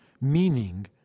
meaning